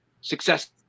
success